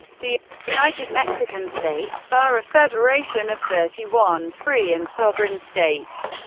the united mexican states are a federation of thirty one free and sovereign states,